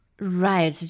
Right